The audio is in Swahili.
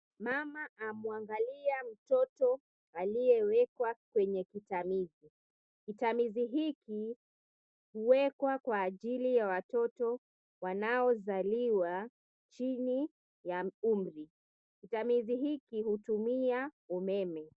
Mama amwamgalia mtoto aliyewekwa kwenye kitamizi. Kitamizi hiki huwekwa kwa ajili ya watoto wanaozaliwa chini ya umri. Kitamizi hiki kutumia umeme.